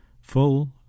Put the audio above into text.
full